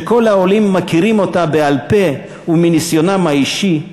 שכל העולים מכירים אותה בעל-פה ומניסיונם האישי,